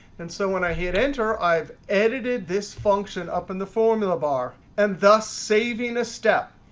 and so when i hit enter, i've edited this function up in the formula bar, and thus saving a step.